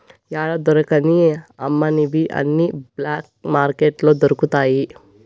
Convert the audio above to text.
యాడా దొరకని అమ్మనివి అన్ని బ్లాక్ మార్కెట్లో దొరుకుతాయి